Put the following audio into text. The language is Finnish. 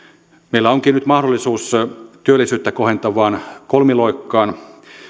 meillä onkin nyt mahdollisuus työllisyyttä kohentavaan kolmiloikkaan